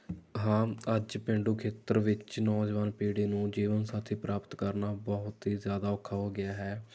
ਹਾਂ ਅੱਜ ਪੇਂਡੂ ਖੇਤਰ ਵਿੱਚ ਨੌਜਵਾਨ ਪੀੜ੍ਹੀ ਨੂੰ ਜੀਵਨ ਸਾਥੀ ਪ੍ਰਾਪਤ ਕਰਨਾ ਬਹੁਤ ਹੀ ਜ਼ਿਆਦਾ ਔਖਾ ਹੋ ਗਿਆ ਹੈ